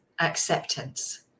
acceptance